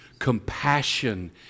compassion